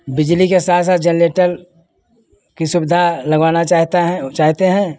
बिजली के साथ साथ जनरेटर की सुविधा लगाना चाहता हैं चाहते हैं